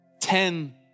Ten